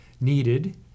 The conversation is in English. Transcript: needed